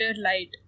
light